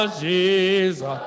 Jesus